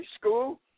school